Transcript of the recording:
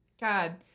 God